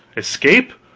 escape?